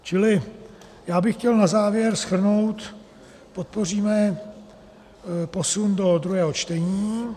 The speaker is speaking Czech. Čili já bych chtěl na závěr shrnout, podpoříme posun do druhého čtení.